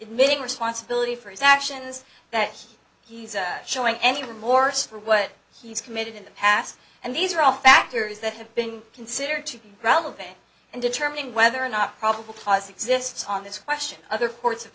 missing responsibility for his actions that he's showing any remorse for what he's committed in the past and these are all factors that have been considered to be relevant in determining whether or not probable cause exists on this question other cour